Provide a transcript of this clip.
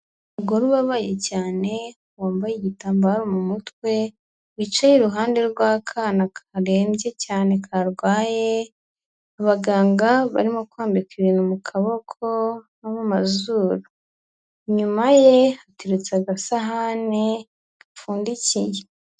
Umugore ubabaye cyane wambaye igitambaro mu mutwe wicaye iruhande rw'akana karembye cyane karwaye, abaganga barimo kwambika ibintu mu kaboko no mu mazuru, inyuma ye hateretse agasahane gapfundikiye.